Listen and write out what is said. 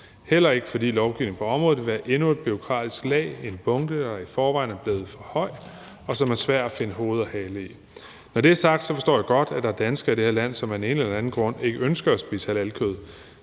heller ikke, fordi lovgivning på området vil være endnu et bureaukratisk lag i en bunke, der i forvejen er blevet for høj, og som er svær at finde hoved og hale i. Når det er sagt, forstår jeg godt, at der er danskere i det her land, som af den ene eller anden grund ikke ønsker at spise halalkød.